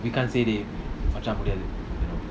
we can't say they மச்சான்முடியாது:machan mudiathu you know